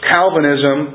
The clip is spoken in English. Calvinism